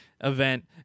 event